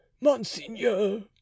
monseigneur